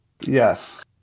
Yes